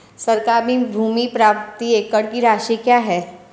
सरकारी भूमि प्रति एकड़ की राशि क्या है?